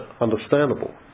understandable